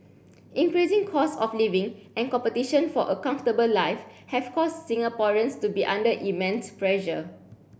increasing costs of living and competition for a comfortable life have caused Singaporeans to be under immense pressure